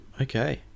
okay